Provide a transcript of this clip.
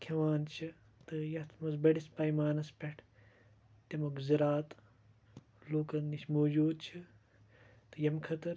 کھیٚوان چھِ تہٕ یَتھ منٛز بٔڑِس پَیمانَس پٮ۪ٹھ تَمیُک زِراعت لوٗکَن نِش موٗجوٗد چھُ تہٕ ییٚمہِ خٲطرٕ